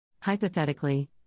Hypothetically